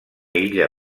illa